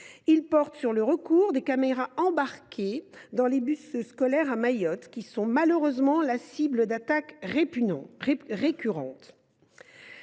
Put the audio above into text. part, sur le recours aux caméras embarquées dans les bus scolaires à Mayotte, qui sont malheureusement la cible d’attaques récurrentes,